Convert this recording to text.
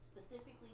specifically